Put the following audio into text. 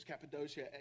Cappadocia